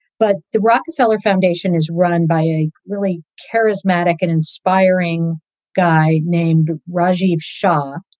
but the rockefeller foundation is run by a really charismatic and inspiring guy named rajiv shah.